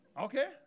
Okay